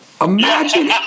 Imagine